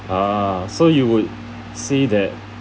ah so you would say that